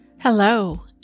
Hello